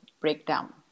breakdown